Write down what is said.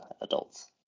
adults